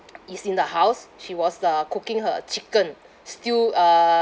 is in the house she was uh cooking her chicken stew uh